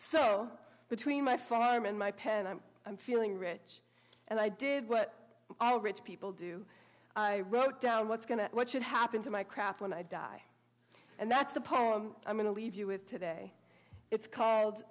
so between my farm and my pen i'm i'm feeling rich and i did what all rich people do i wrote down what's going to what should happen to my crap when i die and that's the poem i'm going to leave you with today it's called